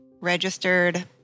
registered